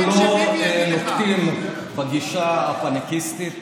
אנחנו לא נוקטים את הגישה הפניקיסטית